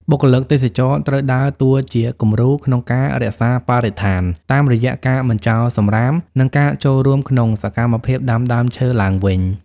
បុគ្គលិកទេសចរណ៍ត្រូវដើរតួជាគំរូក្នុងការរក្សាបរិស្ថាន តាមរយៈការមិនចោលសំរាម និងការចូលរួមក្នុងសកម្មភាពដាំដើមឈើឡើងវិញ។